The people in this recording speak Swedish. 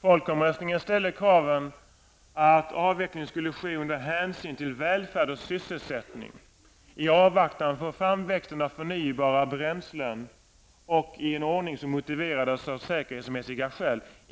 Folkomröstningen ställde kraven att avvecklingen skulle ske under hänsyn till välfärd och sysselsättning i avvaktan på framväxten av förnybara bränslen och i en ordning som motiverades av säkerhetsmässiga skäl.